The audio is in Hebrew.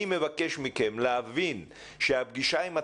אני מבקש מכם להבין שהפגישה עם התלמידים,